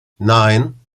nein